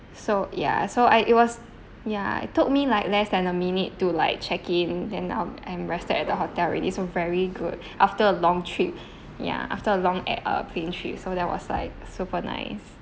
so ya so I it was ya it took me like less than a minute to like check in then um I'm rested at the hotel already so very good after a long trip ya after a long at~ err plane trip so that was like super nice